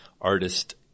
artist